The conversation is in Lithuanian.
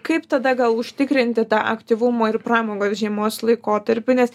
kaip tada gal užtikrinti tą aktyvumą ir pramogas žiemos laikotarpiu nes